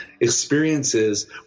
experiences